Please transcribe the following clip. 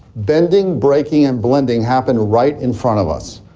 bending, breaking and blending happen right in front of us.